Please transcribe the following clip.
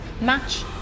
match